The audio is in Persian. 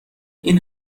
این